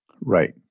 Right